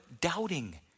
doubting